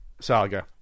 saga